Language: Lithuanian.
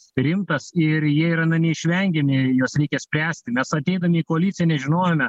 sprintas ir jie yra na neišvengiami juos reikia spręsti mes ateinam į koaliciją nežinojome